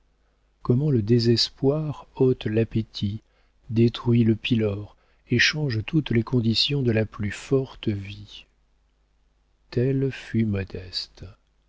comment le désespoir ôte l'appétit détruit le pylore et change toutes les conditions de la plus forte vie telle fut modeste